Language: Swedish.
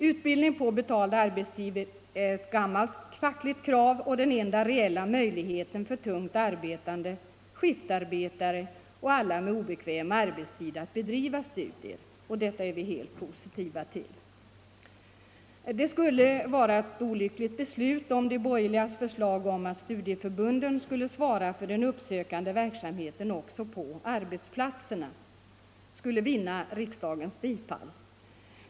Utbildning på betald arbetstid är ett gammalt fackligt krav och den enda reella möjligheten för tungt arbetande, skiftarbetare och alla med obekväm arbetstid att bedriva studier. Detta är vi helt positiva till. Det skulle vara ett olyckligt beslut om de borgerligas förslag att studieförbunden skall svara för den uppsökande verksamheten också på arbetsplatserna skulle vinna riksdagens bifall.